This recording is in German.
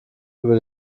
über